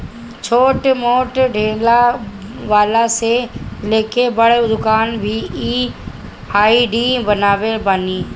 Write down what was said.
छोट मोट ठेला वाला से लेके बड़ दुकानदार भी इ आई.डी बनवले बाने